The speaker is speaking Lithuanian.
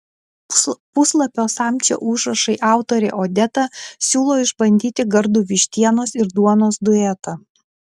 puslapio samčio užrašai autorė odeta siūlo išbandyti gardų vištienos ir duonos duetą